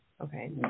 Okay